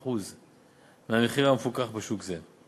ב-30% מהמחיר המפוקח בשוק זה.